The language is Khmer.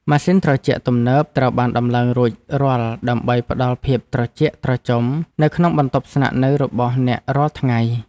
ម៉ាស៊ីនត្រជាក់ទំនើបត្រូវបានដំឡើងរួចរាល់ដើម្បីផ្តល់ភាពត្រជាក់ត្រជុំនៅក្នុងបន្ទប់ស្នាក់នៅរបស់អ្នករាល់ថ្ងៃ។